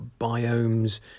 biomes